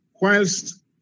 Whilst